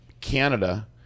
Canada